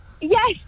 yes